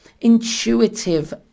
intuitive